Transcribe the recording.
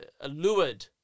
allured